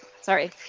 sorry